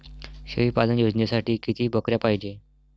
शेळी पालन योजनेसाठी किती बकऱ्या पायजे?